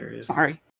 Sorry